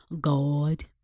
God